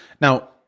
Now